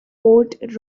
port